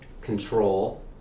control